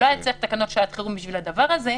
לא היה צריך תקנות שעת חירום בשביל הדבר הזה,